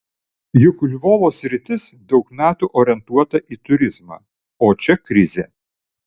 juk lvovo sritis daug metų orientuota į turizmą o čia krizė